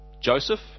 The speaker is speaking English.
Joseph